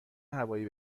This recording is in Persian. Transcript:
هوایی